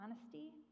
honesty